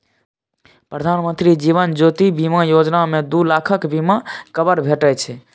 प्रधानमंत्री जीबन ज्योती बीमा योजना मे दु लाखक बीमा कबर भेटै छै